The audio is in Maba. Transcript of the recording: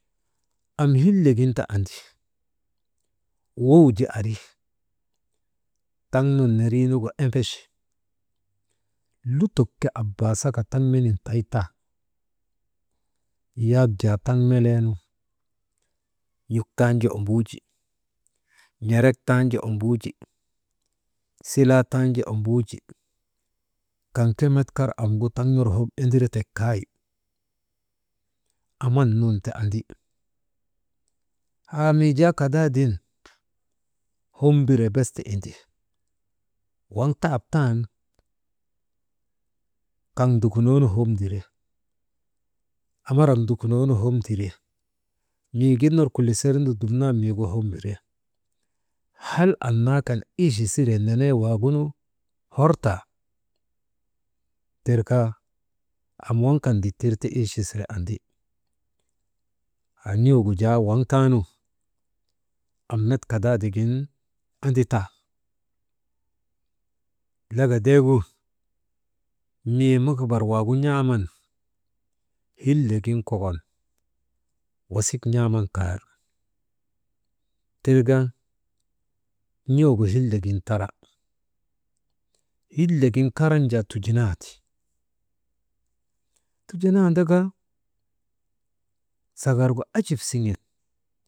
Am hillegin andi, wow ari taŋnun nerinugu embechi, lutok ke abaasaka taŋ menin tay tan, yak jaa taŋ melee nu n̰uk tanju ombuuji, n̰erek tanju ombuuji, silaa tanju ombuuji kaŋ ke kar taŋ ner amgu hop endiretek kay, aman nun ta andi haa mii jaa kadaadin hop mbire bes ta indi, waŋ taap tan kaŋ ndukunon hopdire amarak ndukunoonu hop ndire mii gin ner kulisir nu dumnan hop mbire hal anna kan ichi siree nenee waagunu hortaa tirka am waŋ kan dittir ti ichi sire andi, haa n̰ugu jaa waŋ taanu am met kadaadigin anditan laka deegu mii mukubar waagu n̰aaman hillegin kokon wasik n̰aaman kar tirka n̰ugu hillegin tara hillegin karan jaa tujunandi, tujunandika sagargu ajip siŋen.